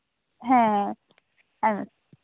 ᱦᱮᱸ ᱦᱮᱸ